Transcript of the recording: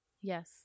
Yes